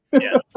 Yes